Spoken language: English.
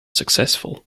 successful